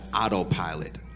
autopilot